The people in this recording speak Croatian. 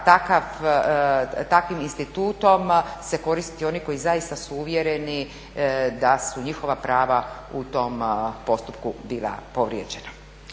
takvim institutom se koristiti oni koji zaista su uvjereni da su njihova prava u tom postupku bila povrijeđena.